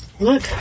Look